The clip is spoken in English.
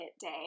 Day